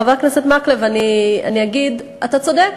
לחבר הכנסת מקלב אגיד: אתה צודק.